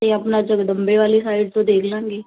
ਅਤੇ ਆਪਣਾ ਜਗਦੰਬੇ ਵਾਲੀ ਸਾਈਡ ਤੋਂ ਦੇਖ ਲਾਂਗੇ